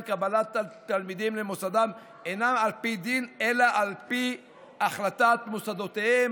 קבלת התלמידים למוסדם אינן על פי דין אלא על פי החלטת מוסדותיהם,